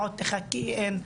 חתאם,